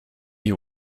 you